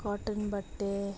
cotton ಬಟ್ಟೆ